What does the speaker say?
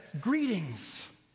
Greetings